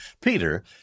Peter